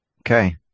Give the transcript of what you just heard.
Okay